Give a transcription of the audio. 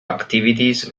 activities